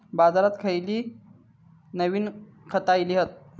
बाजारात खयली नवीन खता इली हत?